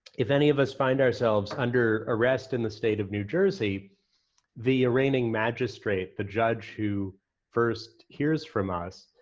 if any of us find ourselves under arrest in the state of new jersey the arraigning magistrate, the judge who first hears from us,